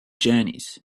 journeys